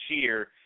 cheer